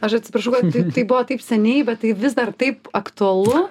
aš atsiprašau kad tai buvo taip seniai bet tai vis dar taip aktualu